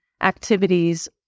activities